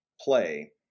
play